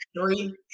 three